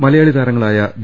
മലയാളി താരങ്ങളായ വി